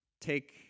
Take